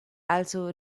also